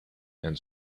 and